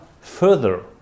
further